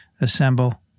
assemble